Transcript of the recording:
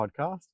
podcast